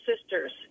sisters